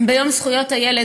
ביום זכויות הילד,